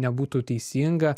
nebūtų teisinga